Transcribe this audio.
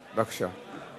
בבקשה.